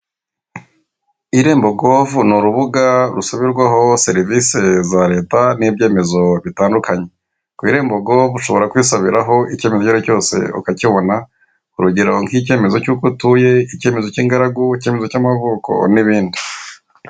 Irembo govu ni urubuga rusabirwaho serivise za leta n'ibyemezo bitandukanye, ku irembo govu ushobora kwisabiraho icyemezo icyo aricyo cyose ukakibona urugero; nk'icyemezo cy'uko utuye, icyemezo k'ingaragu, icyemezo cy'amavuko n'ibindi.